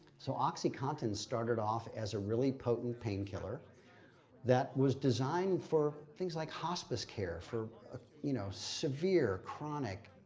so oxycontin started off as a really potent painkiller that was designed for things like hospice care, for ah you know severe, chronic,